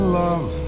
love